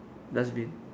dustbin